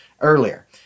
earlier